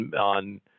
on –